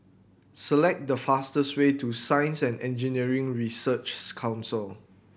select the fastest way to Science and Engineering Researches Council